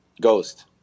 Ghost